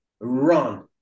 run